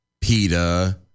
PETA